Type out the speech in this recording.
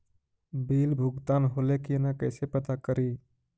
Bill भुगतान होले की न कैसे पता करी?